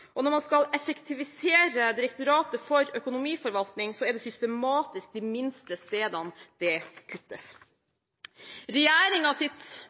Og når man skal effektivisere Direktoratet for økonomiforvaltning, er det systematisk på de minste stedene det kuttes.